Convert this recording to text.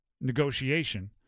negotiation